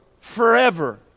forever